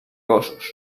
gossos